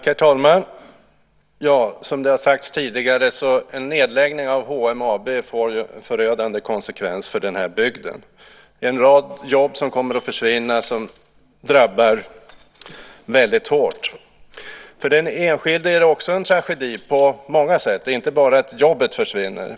Herr talman! Som det har sagts tidigare får en nedläggning av HMAB förödande konsekvenser för den här bygden. Det är en rad jobb som kommer att försvinna, vilket drabbar väldigt hårt. För den enskilde är det också en tragedi på många sätt, inte bara att jobbet försvinner.